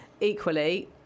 equally